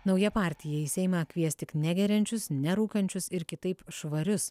nauja partija į seimą kvies tik negeriančius nerūkančius ir kitaip švarius